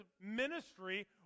ministry